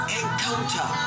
encounter